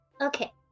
okay